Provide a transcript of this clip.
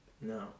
No